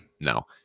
No